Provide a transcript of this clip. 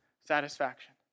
satisfaction